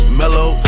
mellow